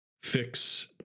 Fix